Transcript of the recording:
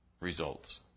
results